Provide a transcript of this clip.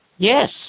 Yes